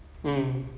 um